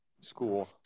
school